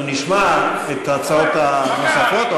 אנחנו נשמע את ההצעות הנוספות,